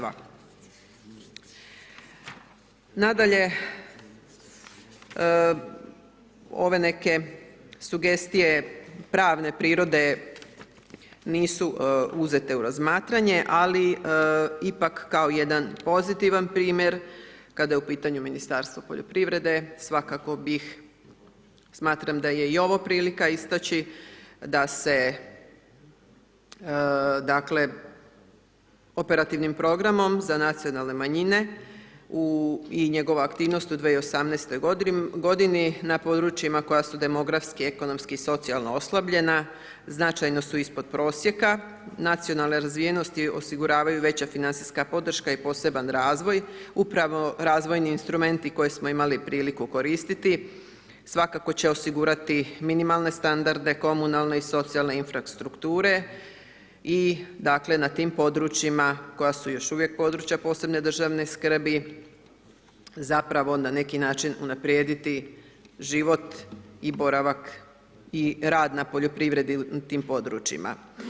Nadalje, ove neke sugestije pravne prirode nisu uzete u razmatranje, ali ipak kao jedan pozitivan primjer kada je u pitanju Ministarstvo poljoprivrede, svakako bih, smatram da je i ovo prilika istaći da se, dakle, operativnim programom za nacionalne manjine manjine i njegova aktivnost u 2018. godini, na područjima koja su demografski, ekonomski i socijalno oslabljena, značajno su ispod prosjeka nacionalne razvijenosti, osiguravaju veća financijska podrška i poseban razvoj, upravo razvojni instrumenti koje smo imali priliku koristiti svakako će osigurati minimalne standarde komunalne i socijalne infrastrukture i dakle, na tim područjima koja su još uvijek područja posebne državne skrbi, zapravo na neki način unaprijediti život i boravak, i rad na poljoprivredi u tim područjima.